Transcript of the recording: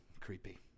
Creepy